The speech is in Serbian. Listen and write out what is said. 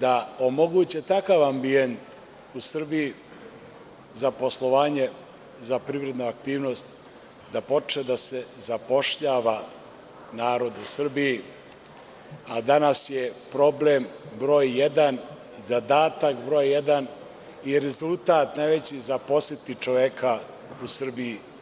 da omoguće takav ambijent u Srbiji, za poslovanje, za privrednu aktivnost, da počne da se zapošljava narod u Srbiji, a danas je problem broj jedan, zadatak broj jedan i rezultat najveći, zaposliti čoveka u Srbiji.